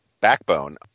backbone